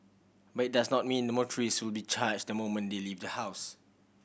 but it does not mean motorists will be charged the moment they leave the house